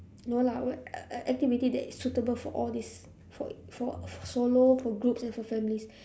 no lah what ac~ activity that is suitable for all these for for solo for groups and for families